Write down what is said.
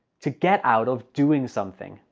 to get out of doing something!